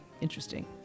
interesting